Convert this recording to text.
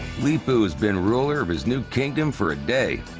leepu has been ruler of his new kingdom for a day.